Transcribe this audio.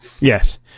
Yes